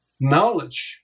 Knowledge